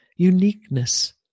Uniqueness